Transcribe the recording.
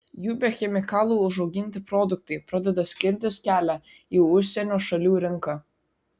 jų be chemikalų užauginti produktai pradeda skintis kelią į užsienio šalių rinką